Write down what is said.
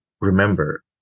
remember